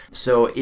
so,